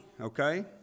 okay